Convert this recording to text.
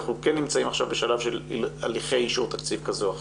אנחנו נמצאים עכשיו בשלב של הליכי אישור תקציב כזה או אחר.